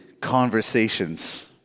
conversations